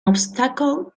obstacle